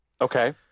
Okay